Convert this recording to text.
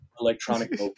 electronic